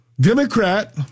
Democrat